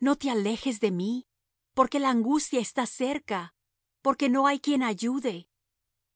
no te alejes de mí porque la angustia está cerca porque no hay quien ayude